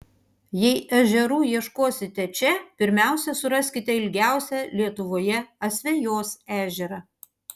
jei ežerų ieškosite čia pirmiausia suraskite ilgiausią lietuvoje asvejos ežerą